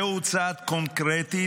זהו צעד קונקרטי,